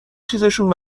چیزشون